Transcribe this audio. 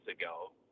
ago